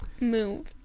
move